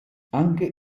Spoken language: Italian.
anche